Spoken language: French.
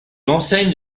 enseigne